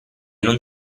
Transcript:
non